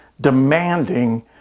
demanding